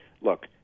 look